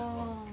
orh